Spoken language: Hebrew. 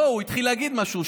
לא, הוא התחיל להגיד משהו.